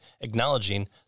acknowledging